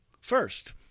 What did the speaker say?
First